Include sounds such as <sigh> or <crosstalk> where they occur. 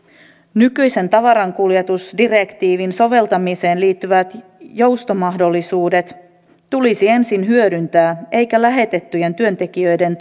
nykyisen tavarankuljetusdirektiivin soveltamiseen liittyvät joustomahdollisuudet tulisi ensin hyödyntää eikä lähetettyjen työntekijöiden <unintelligible>